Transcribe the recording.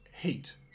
Heat